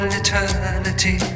eternity